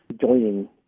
joining